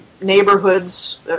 neighborhoods